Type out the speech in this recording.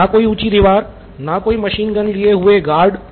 न कोई ऊंची दीवार न कोई मशीन गन लिए हुए गार्ड्स